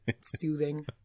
Soothing